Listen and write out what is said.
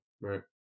Right